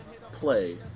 play